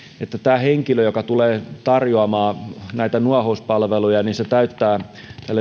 että tämä henkilö joka tulee tarjoamaan näitä nuohouspalveluja täyttää